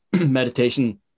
meditation